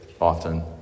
often